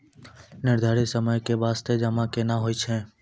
निर्धारित समय के बास्ते जमा केना होय छै?